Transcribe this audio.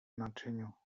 naczyniu